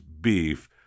beef